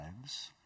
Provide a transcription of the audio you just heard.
lives